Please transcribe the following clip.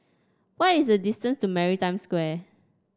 what is the distance to Maritime Square